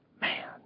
man